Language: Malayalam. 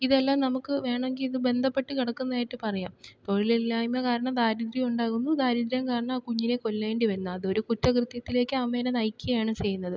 ഇതെല്ലാം നമുക്ക് വേണമെങ്കി ൽ ഇത് ബന്ധപ്പെട്ട് കിടക്കുന്നതായിട്ട് പറയാം തൊഴിലില്ലായ്മ കാരണം ദാരിദ്ര്യം ഉണ്ടാകുന്നു ദാരിദ്ര്യം കാരണം ആ കുഞ്ഞിനെ കൊല്ലേണ്ടി വരുന്നു അതൊരു കുറ്റകൃത്യത്തിലേക്ക് അമ്മയേ നയിക്കുകയാണ് ചെയ്യുന്നത്